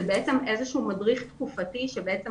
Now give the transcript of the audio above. זה בעצם איזשהו מדריך תקופתי אותו אנחנו